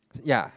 ya